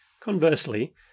Conversely